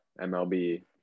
mlb